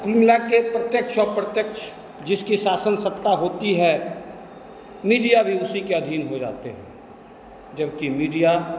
कुल मिलाकर प्रत्यक्ष अप्रत्यक्ष जिसकी शासन सत्ता होती है मीडिया भी उसी के अधीन हो जाते हैं जबकि मीडिया